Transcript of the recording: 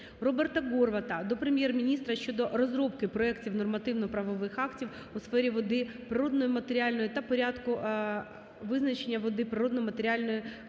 Роберта Горвата до Прем'єр-міністра щодо розробки проектів нормативно-правових актів у сфері води природної мінеральної та порядку визначення води природньої мінеральної